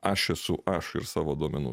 aš esu aš ir savo duomenų